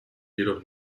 jedoch